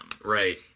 Right